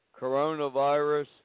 coronavirus